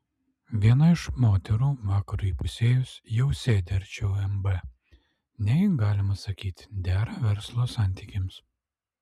viena iš moterų vakarui įpusėjus jau sėdi arčiau mb nei galima sakyti dera verslo santykiams